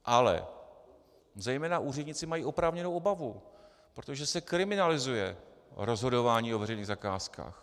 Ale zejména úředníci mají oprávněnou obavu, protože se kriminalizuje rozhodování o veřejných zakázkách.